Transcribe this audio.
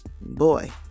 Boy